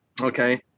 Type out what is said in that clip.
okay